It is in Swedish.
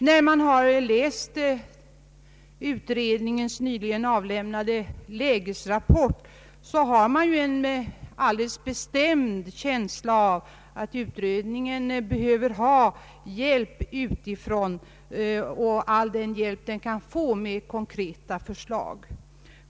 Har man läst utredningens nyligen avlämnade lägesrapport, har man en alldeles bestämd känsla av att utredningen behöver ha all hjälp den kan få utifrån med konkreta förslag.